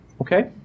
Okay